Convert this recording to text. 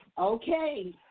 Okay